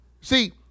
see